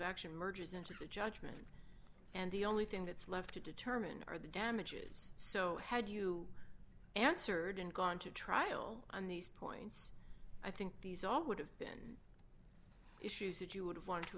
action merges into the judgment and the only thing that's left to determine are the damages so had you answered and gone to trial on these points i think these all would have been issues that you would want to